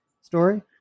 story